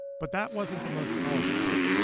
but that wasn't the most powerful part